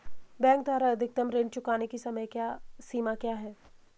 Bank द्वारा अधिकतम ऋण चुकाने की समय सीमा क्या है?